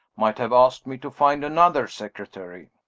might have asked me to find another secretary.